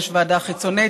יש ועדה חיצונית,